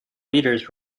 readers